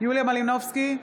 יוליה מלינובסקי,